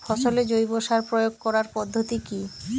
ফসলে জৈব সার প্রয়োগ করার পদ্ধতি কি?